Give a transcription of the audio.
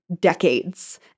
decades